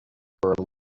for